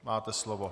Máte slovo.